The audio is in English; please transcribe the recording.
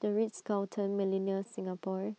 the Ritz Carlton Millenia Singapore